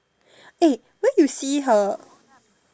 eh where you see her